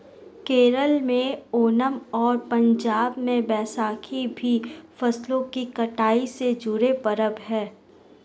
केरल में ओनम और पंजाब में बैसाखी भी फसलों की कटाई से जुड़े पर्व हैं